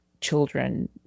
children